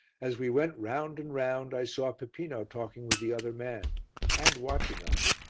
as we went round and round i saw peppino talking with the other man and watching us,